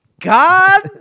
god